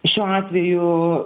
šiuo atveju